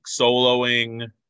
soloing